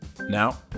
Now